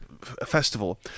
festival